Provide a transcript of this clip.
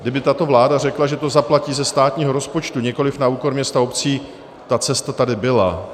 Kdyby tato vláda řekla, že to zaplatí ze státního rozpočtu, nikoliv na úkor měst a obcí, ta cesta tady byla.